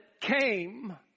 came